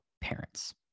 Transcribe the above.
parents